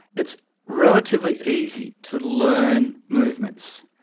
it's relatively easy to learn movements,